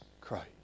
Christ